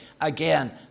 again